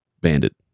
Bandit